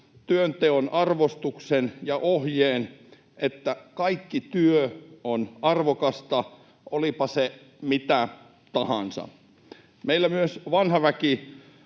työnteon arvostuksen ja ohjeen, että kaikki työ on arvokasta, olipa se mitä tahansa. Meillä vanha väki